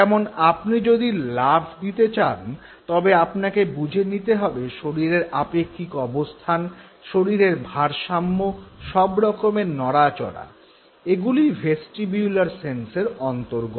যেমন আপনি যদি লাফ দিতে চান তবে আপনাকে বুঝে নিতে হবে শরীরের আপেক্ষিক অবস্থান শরীরের ভারসাম্য সবরকমের নড়াচড়া এগুলি ভেস্টিবিউলার সেন্সের অন্তর্গত